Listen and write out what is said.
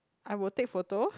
I will take photo